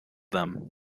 them